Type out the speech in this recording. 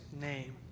name